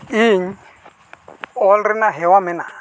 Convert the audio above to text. ᱤᱧ ᱚᱞ ᱨᱮᱱᱟᱜ ᱦᱮᱣᱟ ᱢᱮᱱᱟᱜᱼᱟ